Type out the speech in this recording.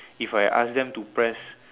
if I ask them to press